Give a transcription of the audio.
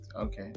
okay